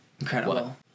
Incredible